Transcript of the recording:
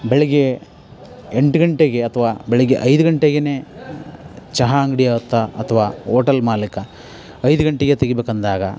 ಬೆಳಿಗ್ಗೆ ಎಂಟು ಗಂಟೆಗೆ ಅಥವಾ ಬೆಳಿಗ್ಗೆ ಐದು ಗಂಟೆಗೇ ಚಹಾ ಅಂಗಡಿ ಅತ್ತಾ ಅಥವಾ ಓಟಲ್ ಮಾಲೀಕ ಐದು ಗಂಟೆಗೆ ತೆಗೀಬೇಕೆಂದಾಗ